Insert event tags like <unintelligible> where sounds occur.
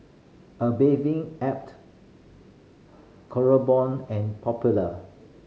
A Bathing Ape <unintelligible> and Popular